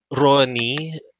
Ronnie